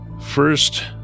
First